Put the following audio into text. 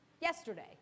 yesterday